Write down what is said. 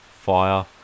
Fire